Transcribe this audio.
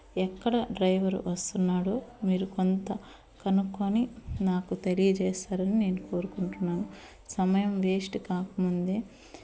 ఎక్కడ డ్రైవర్ వస్తున్నాడో మీరు కొంత కనుక్కొని నాకు తెలియచేస్తారని నేను కోరుకుంటున్నాను సమయం వేస్ట్ కాకముందే